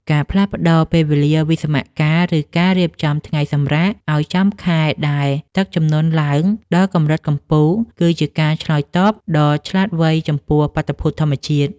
ការផ្លាស់ប្តូរពេលវេលាវិស្សមកាល ឬការរៀបចំថ្ងៃសម្រាកឱ្យចំខែដែលទឹកជំនន់ឡើងដល់កម្រិតកំពូល គឺជាការឆ្លើយតបដ៏ឆ្លាតវៃចំពោះបាតុភូតធម្មជាតិ។